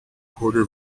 porter